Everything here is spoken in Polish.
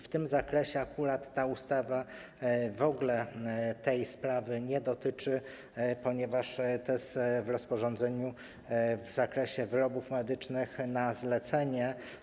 W tym zakresie ta ustawa w ogóle tej sprawy nie dotyczy, ponieważ to jest ujęte w rozporządzeniu w zakresie wyrobów medycznych na zlecenie.